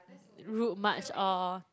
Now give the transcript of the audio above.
route march all